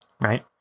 right